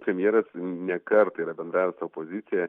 premjeras ne kartą yra bendravęs su opozicija